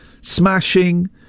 smashing